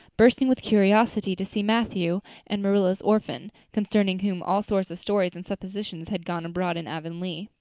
bursting with curiosity to see matthew and marilla's orphan, concerning whom all sorts of stories and suppositions had gone abroad in avonlea.